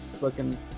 looking